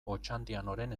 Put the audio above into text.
otxandianoren